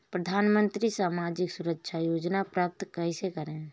प्रधानमंत्री सामाजिक सुरक्षा योजना प्राप्त कैसे करें?